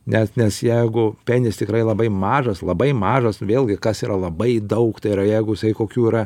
nes nes jeigu penis tikrai labai mažas labai mažas vėlgi kas yra labai daug tai yra jeigu jisai kokių yra